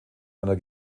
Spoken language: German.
einer